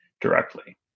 directly